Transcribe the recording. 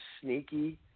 sneaky